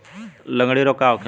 लगड़ी रोग का होखेला?